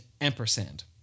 ampersand